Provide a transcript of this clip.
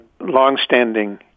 longstanding